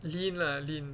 lean lah lean